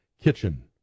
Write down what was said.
Kitchen